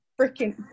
freaking